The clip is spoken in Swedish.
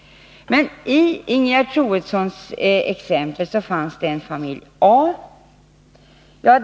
I Ingegerd Troedssons exempel fanns en familj A.